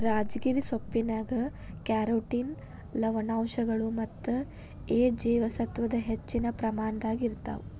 ರಾಜಗಿರಿ ಸೊಪ್ಪಿನ್ಯಾಗ ಕ್ಯಾರೋಟಿನ್ ಲವಣಾಂಶಗಳು ಮತ್ತ ಎ ಜೇವಸತ್ವದ ಹೆಚ್ಚಿನ ಪ್ರಮಾಣದಾಗ ಇರ್ತಾವ